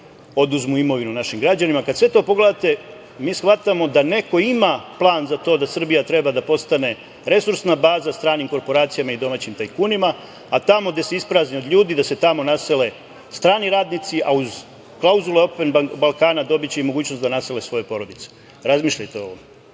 oduzmu imovinu našim građanima i kad sve to pogledate, mi shvatamo da neko ima plan za to da Srbija treba da postane resursna baza stranim korporacijama i domaćim tajkunima, a tamo gde se isprazni od ljudi, da se tamo nasele strani radnici, a uz klauzulu "Open Balkana" dobiće i mogućnost da nasele svoje porodice. Razmišljajte o